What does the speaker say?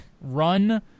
run